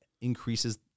increases